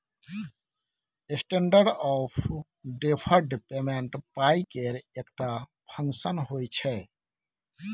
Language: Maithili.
स्टेंडर्ड आँफ डेफर्ड पेमेंट पाइ केर एकटा फंक्शन होइ छै